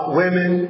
women